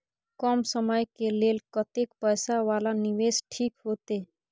कम समय के लेल कतेक पैसा वाला निवेश ठीक होते?